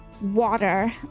Water